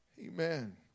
Amen